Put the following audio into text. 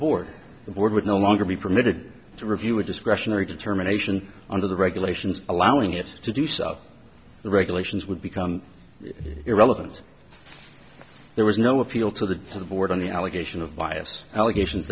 board it would no longer be permitted to review a discretionary determination under the regulations allowing it to do so the regulations would become irrelevant there was no appeal to the board on the allegation of bias allegations